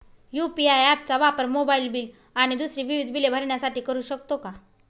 UPI app चा वापर mobile bill आणि दुसरी विविध बिले भरण्यासाठी करू शकतो का?